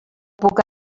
puc